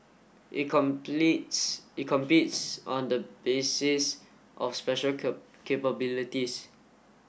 it completes it competes on the basis of special capabilities